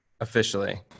officially